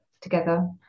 together